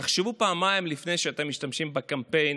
תחשבו פעמיים לפני שאתם משתמשים בקמפיין